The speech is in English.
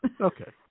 Okay